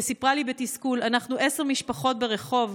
שסיפרה לי בתסכול: אנחנו עשר משפחות ברחוב,